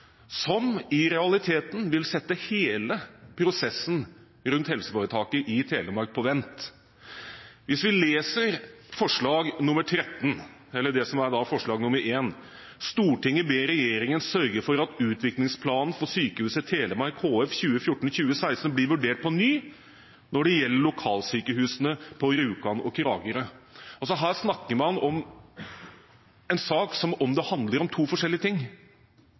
som i realiteten vil sette hele prosessen rundt helseforetaket i Telemark på vent. Forslag nr. 13 lyder: «Stortinget ber regjeringen sørge for at Utviklingsplanen for Sykehuset Telemark HF 2014–2016 blir vurdert på ny når det gjelder lokalsykehusene på Rjukan og i Kragerø.» Her snakker man altså som om det handler om to forskjellige ting.